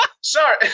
sorry